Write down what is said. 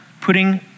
putting